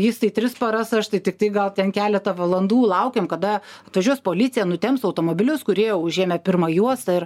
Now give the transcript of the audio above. jis tai tris paras aš tai tiktai gal ten keletą valandų laukėm kada atvažiuos policija nutemps automobilius kurie užėmę pirmą juostą ir